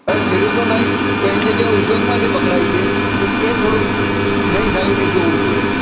હવે ખેડૂતો નહીં પણ એની જગ્યાએ ઉદ્યોગગમાંથી પકડાય છે તો એ થોડુંક નહીં થાય એ જોવું જોઈએ